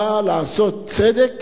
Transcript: באה לעשות צדק